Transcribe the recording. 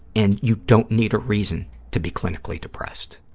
and you don't need a reason to be clinically depressed.